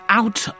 out